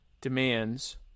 demands